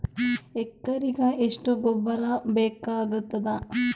ಎಕರೆಗ ಎಷ್ಟು ಗೊಬ್ಬರ ಬೇಕಾಗತಾದ?